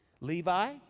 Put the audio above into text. Levi